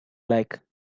like